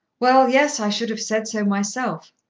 well, yes i should have said so myself.